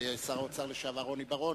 שר האוצר לשעבר רוני בר-און,